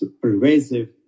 pervasive